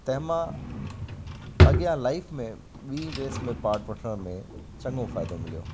तंहिं मां अॻियां लाईफ़ में ॿीं रेस में पाट वठण में चङो फ़ाइदो मिलियो